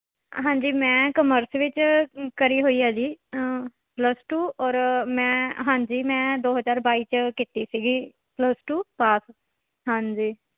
ਹਾਂਜੀ ਮੈਂ ਕਮਰਸ ਵਿੱਚ ਕਰੀ ਹੋਈ ਹੈ ਜੀ ਪਲੱਸ ਟੂ ਔਰ ਮੈਂ ਹਾਂਜੀ ਮੈਂ ਦੋ ਹਜ਼ਾਰ ਬਾਈ 'ਚ ਕੀਤੀ ਸੀਗੀ ਪਲੱਸ ਟੂ ਪਾਸ ਹਾਂਜੀ